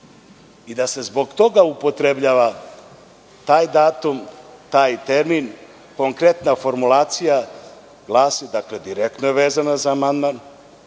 i da se zbog toga upotrebljava taj datum, taj termin. Jer, konkretna formulacija tako glasi i direktno je vezana za amandman,